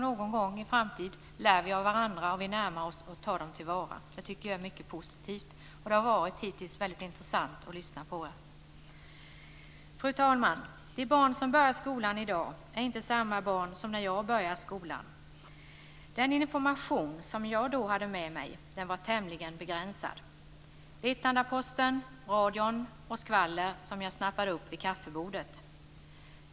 Någon gång i en framtid kanske vi lär av och närmar oss varandra och tar dem till vara. Det tycker jag är mycket positivt. Det har hittills varit väldigt intressant att lyssna. Fru talman! De barn som börjar skolan i dag är inte samma barn som när jag började skolan. Den information som jag då hade med mig var tämligen begränsad: Vetlandaposten, radion och skvaller som jag snappade upp vid kaffebordet.